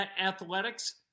athletics